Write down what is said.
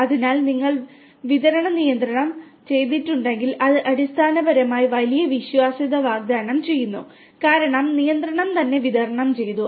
അതിനാൽ നിങ്ങൾ നിയന്ത്രണം വിതരണം ചെയ്തിട്ടുണ്ടെങ്കിൽ അത് അടിസ്ഥാനപരമായി വലിയ വിശ്വാസ്യത വാഗ്ദാനം ചെയ്യുന്നു കാരണം നിയന്ത്രണം തന്നെ വിതരണം ചെയ്തു